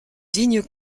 digne